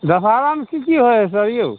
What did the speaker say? दशहारामे की की होइ हइ सर यौ